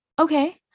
okay